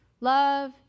love